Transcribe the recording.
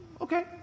okay